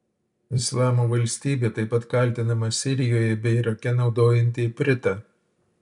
islamo valstybė taip pat kaltinama sirijoje bei irake naudojanti ipritą